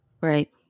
Right